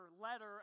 letter